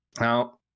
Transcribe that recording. now